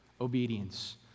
obedience